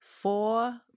Four